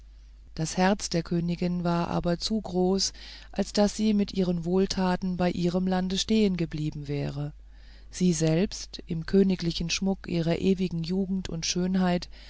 das herz der königin war aber zu groß als daß sie mit ihren wohltaten bei ihrem lande stehengeblieben wäre sie selbst im königlichen schmuck ihrer ewigen jugend und schönheit